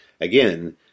again